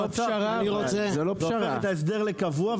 זה הופך את ההסדר לקבוע,